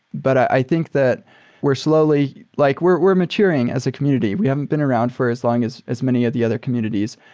but i think that we're slowly like we're we're maturing as a community. we haven't been around for as long as as many of the other communities.